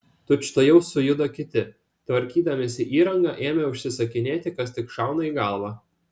tučtuojau sujudo kiti tvarkydamiesi įrangą ėmė užsisakinėti kas tik šauna į galvą